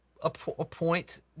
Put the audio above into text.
Appoint